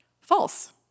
False